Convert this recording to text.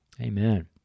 Amen